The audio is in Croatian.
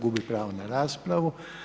Gubi pravo na raspravu.